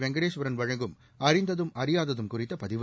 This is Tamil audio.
வெங்கடேஸ்வரன் வழங்கும் அறிந்ததும் அறியாததும் குறித்த பதிவு